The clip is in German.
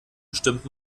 bestimmt